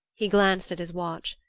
he glanced at his watch.